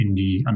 indie